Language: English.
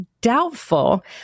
doubtful